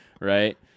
Right